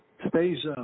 Today's